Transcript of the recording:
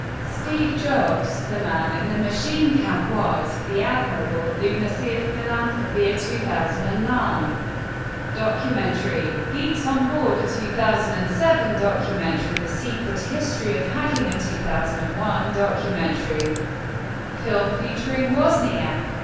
steve jobs the man in the machine camp woz the admirable lunacy of philanthropy a two thousand and nine documentary geeks on um board a two thousand and seven documentary the secret history of hacking a two thousand and one documentary film featuring wozniak.